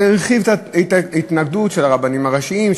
הוא הרחיב על ההתנגדות של הרבנים הראשיים,